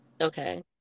okay